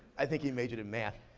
i think he majored in math.